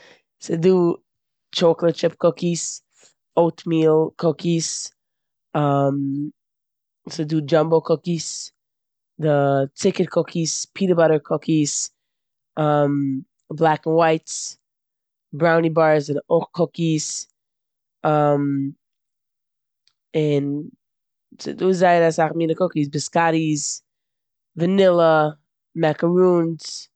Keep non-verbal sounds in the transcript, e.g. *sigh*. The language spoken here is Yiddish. ס'דא טשאקאלאט טשיפ קוקיס, אויטמיל קוקיס, *hesitation* ס'דאדשאמבא קוקיס, די צוקער קוקיס, פינאט באטער קוקיס, *hesitation* בלעק ענד ווייטס, בראוני בארס זענען אויך קוקיס, *hesitation* און ס'דא זייער אסאך מינע קוקיס. ביסקאטטיס, וואנילע, מעקערונס,.